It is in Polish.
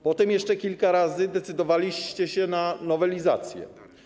Potem jeszcze kilka razy decydowaliście się na nowelizację.